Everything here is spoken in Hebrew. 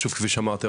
אז שוב כפי שאמרתי,